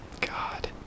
God